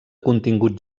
contingut